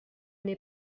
n’ai